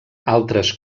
altres